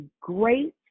great